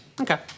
Okay